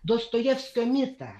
dostojevskio mitą